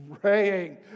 praying